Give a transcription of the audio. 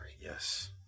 Yes